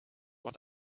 what